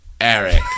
Eric